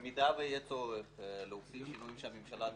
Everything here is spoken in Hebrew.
ובמידה ויהיה צורך להוסיף שינויים שהממשלה תרצה,